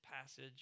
passage